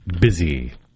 Busy